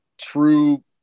true